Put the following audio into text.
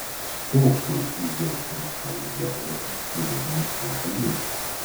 spoksau į jos rusvą lygią odą norėdamas ją paliesti